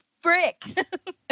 frick